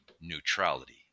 neutrality